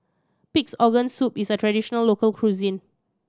Pig's Organ Soup is a traditional local cuisine